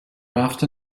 after